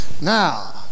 now